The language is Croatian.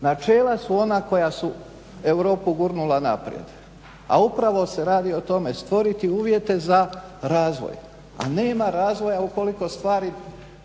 Načela su ona koja su Europu gurnula naprijed, a upravo se radi o tome stvoriti uvjete za razvoj, a nema razvoja ukoliko stvari